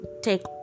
take